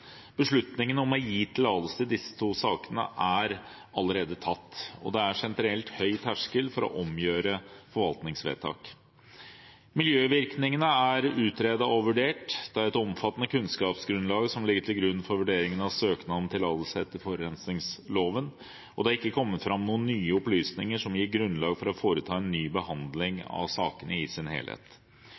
Beslutningen om å gi tillatelse i disse to sakene, er allerede tatt, og det er generelt en høy terskel for å omgjøre forvaltningsvedtak. Miljøvirkningene er utredet og vurdert. Det er et omfattende kunnskapsgrunnlag som ligger til grunn for vurderingen av søknad om tillatelse etter forurensningsloven, og det har ikke kommet fram noen nye opplysninger som gir grunnlag for å foreta en ny behandling av sakene i sin helhet.